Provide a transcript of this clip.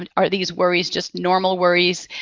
but are these worries just normal worries,